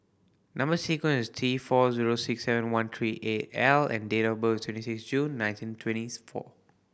number sequence T four zero six seven one three eight L and date of birth is twenty six June nineteen twenties four